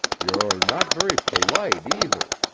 you're not very polite, either,